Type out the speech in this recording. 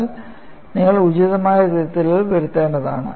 എന്നാൽ നിങ്ങൾ ഉചിതമായ തിരുത്തലുകൾ വരുത്തേണ്ടതുണ്ട്